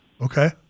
Okay